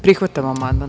Prihvatamo amandman.